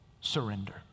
surrender